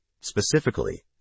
specifically